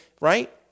Right